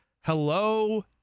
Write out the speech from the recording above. hello